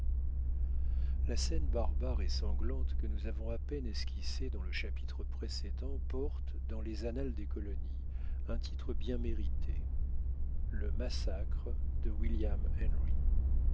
la scène barbare et sanglante que nous avons à peine esquissée dans le chapitre précédent porte dans les annales des colonies un titre bien mérité le massacre de william henry